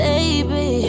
Baby